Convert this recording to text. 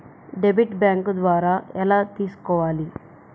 Debit bank ద్వారా ఎలా తీసుకోవాలి?